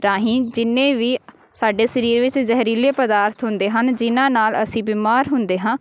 ਰਾਹੀਂ ਜਿੰਨੇ ਵੀ ਸਾਡੇ ਸਰੀਰ ਵਿੱਚ ਜਹਿਰੀਲੇ ਪਦਾਰਥ ਹੁੰਦੇ ਹਨ ਜਿਹਨਾਂ ਨਾਲ ਅਸੀਂ ਬਿਮਾਰ ਹੁੰਦੇ ਹਾਂ